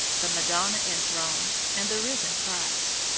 the madonna enthroned, and the risen christ.